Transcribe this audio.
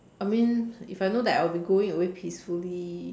I mean if I know that I'll be going away peacefully